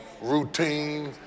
routine